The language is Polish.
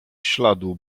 śladu